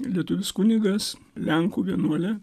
lietuvis kunigas lenkų vienuolė